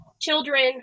children